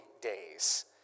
days